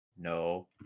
no